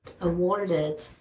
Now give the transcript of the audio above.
awarded